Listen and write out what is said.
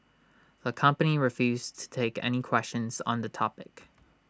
the company refused to take any questions on the topic